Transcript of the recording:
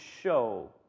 show